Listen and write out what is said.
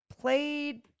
played